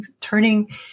turning